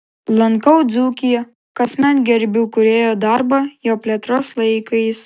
lankau dzūkiją kasmet gerbiu kūrėjo darbą jo plėtros laikais